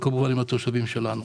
וכמובן עם התושבים שלנו.